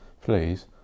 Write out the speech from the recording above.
please